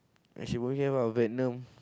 and she wouldn't hear about Venom